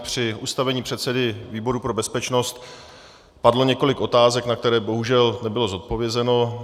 Při ustavení předsedy výboru pro bezpečnost padlo několik otázek, které bohužel nebyly zodpovězeny.